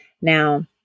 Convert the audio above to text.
Now